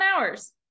hours